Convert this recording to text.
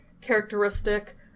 characteristic